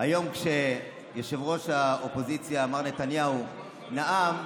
היום כיושב-ראש האופוזיציה מר נתניהו נאם,